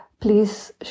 please